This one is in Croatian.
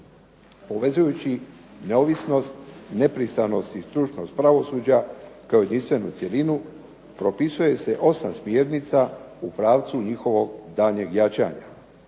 Povezujući neovisnost, nepristranost i stručnost pravosuđa kao jedinstvenu cjelinu propisuje se 8 smjernica u pravcu njihovog daljnjeg jačanja.